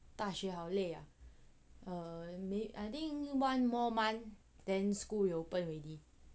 大学好累啊呃 I think one more month then school reopen already